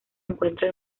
encuentra